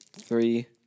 three